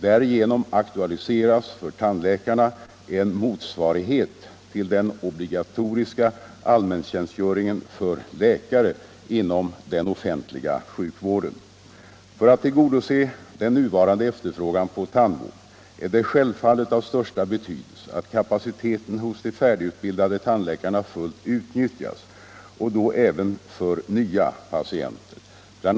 Därigenom aktualiseras för tandläkarna en motsvarighet till den obligatoriska allmäntjänstgöringen för läkare inom den offentliga sjukvården. För att tillgodose den nuvarande efterfrågan på tandvård är det självfallet av största betydelse att kapaciteten hos de färdigutbildade tandläkarna fullt utnyttjas och då även för nya patienter. Bl.